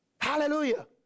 Hallelujah